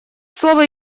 слово